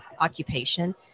occupation